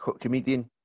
comedian